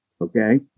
okay